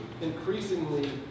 increasingly